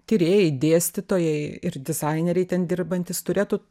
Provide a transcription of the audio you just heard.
tyrėjai dėstytojai ir dizaineriai ten dirbantys turėtų